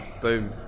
boom